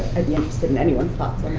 i've be interested in anyone's thoughts on